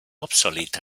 obsolete